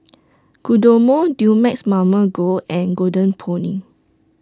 Kodomo Dumex Mamil Gold and Golden Peony